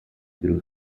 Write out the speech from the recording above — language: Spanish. drew